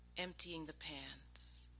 emptying the pans.